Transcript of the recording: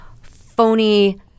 phony